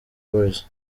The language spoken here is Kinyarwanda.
boys